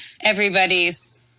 Everybody's